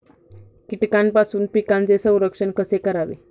कीटकांपासून पिकांचे संरक्षण कसे करावे?